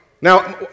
Now